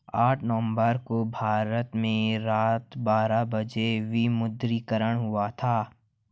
आठ नवम्बर को भारत में रात बारह बजे विमुद्रीकरण हुआ था